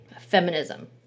feminism